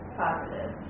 positive